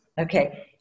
okay